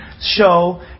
show